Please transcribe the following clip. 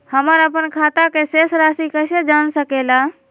हमर अपन खाता के शेष रासि कैसे जान सके ला?